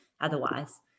otherwise